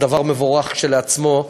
זה דבר מבורך כשלעצמו.